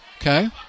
Okay